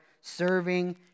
serving